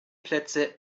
plätze